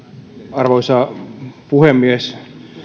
arvoisa puhemies